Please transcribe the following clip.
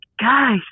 guys